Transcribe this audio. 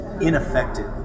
ineffective